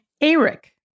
Eric